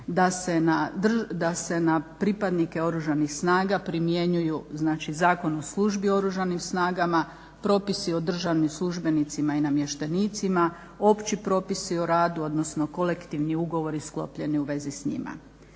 da se na pripadnike oružanih snaga primjenjuju znači zakon o službi o oružanim snagama, propisi o državnim službenicima i namještenicima, opći propisi o radu, odnosno kolektivni ugovori sklopljeni u vezi s njima.